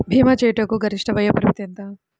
భీమా చేయుటకు గరిష్ట వయోపరిమితి ఎంత?